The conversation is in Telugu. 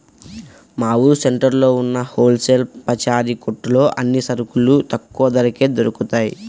మా ఊరు సెంటర్లో ఉన్న హోల్ సేల్ పచారీ కొట్టులో అన్ని సరుకులు తక్కువ ధరకే దొరుకుతయ్